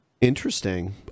interesting